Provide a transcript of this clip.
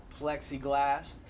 plexiglass